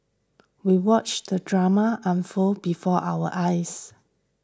we watched the drama unfold before our eyes